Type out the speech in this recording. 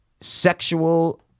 sexual